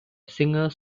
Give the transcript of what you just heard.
singer